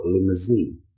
limousine